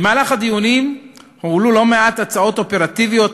במהלך הדיונים הועלו לא מעט הצעות אופרטיביות,